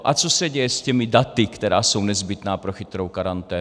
A co se děje s těmi daty, která jsou nezbytná pro chytrou karanténu?